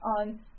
on